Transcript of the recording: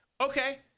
okay